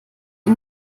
dem